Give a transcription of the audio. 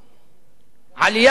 עלייה בשיעור האבטלה.